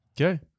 Okay